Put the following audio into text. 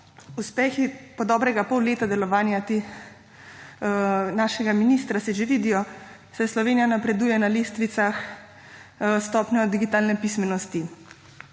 Uspehi po dobrega pol leta delovanja našega ministra se že vidijo, saj Slovenija napreduje na lestvicah s stopnjo digitalne pismenosti.